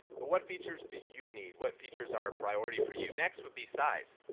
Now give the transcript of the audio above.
but what features do you need? what features are a priority for you? next would be size.